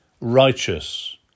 righteous